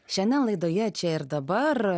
šiandien laidoje čia ir dabar